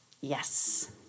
Yes